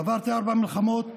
עברתי ארבע מלחמות,